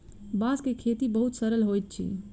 बांस के खेती बहुत सरल होइत अछि